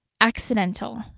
accidental